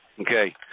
Okay